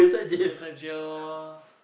go inside jail lor